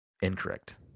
Incorrect